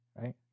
right